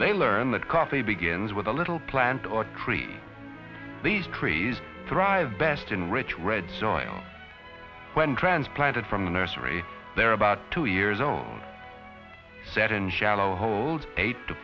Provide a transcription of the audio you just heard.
they learn that coffee begins with a little plant or a tree these trees thrive best in rich red so i went transplanted from the nursery there about two years old set in shallow holes eight to